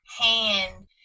hand